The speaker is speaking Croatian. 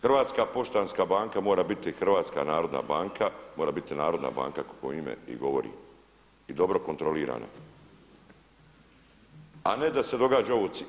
Hrvatska poštanska banka mora biti Hrvatska narodna banka, mora biti narodna banka kako joj ime i govori i dobro kontrolirana, a ne da se događa ovo.